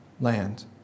land